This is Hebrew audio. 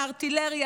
לארטילריה,